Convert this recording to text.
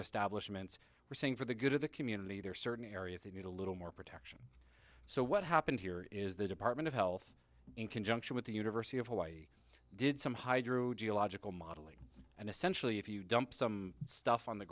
establishments are saying for the good of the community there are certain areas that need a little more protection so what happened here is the department of health in conjunction with the university of hawaii did some hydro geological modeling and essentially if you dump some stuff on the